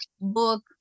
book